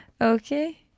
Okay